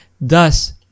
Thus